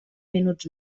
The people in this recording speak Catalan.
minuts